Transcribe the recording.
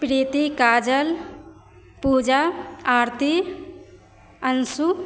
Preeti Kajal Pooja Aarti Anshu